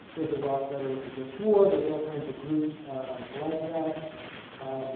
there's iraq veterans against war, there's all kinds of groups like that.